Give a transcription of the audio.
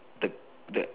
the the